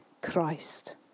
Christ